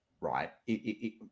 right